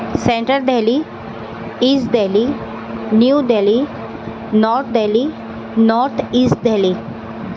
centre Delhi east Delhi New Delhi north Delhi north east Delhi